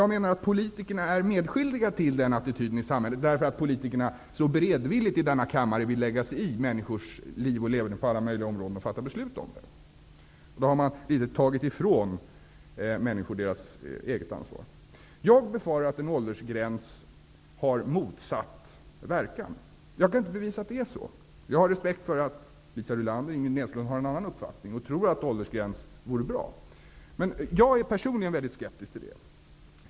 Jag menar att politikerna är medskyldiga till den attityden i samhället, eftersom politikerna så beredvilligt i denna kammare vill lägga sig i människors liv och leverne på alla möjliga områden och fatta beslut om det. Därigenom tar man i viss mån ifrån människor deras eget ansvar. Jag befarar att en åldersgräns får motsatt verkan. Jag kan inte bevisa att det är så. Jag har respekt för att Liisa Rulander och Ingrid Näslund har en annan uppfattning och tror att det vore bra med en åldersgräns. Men jag är personligen mycket skeptisk till det.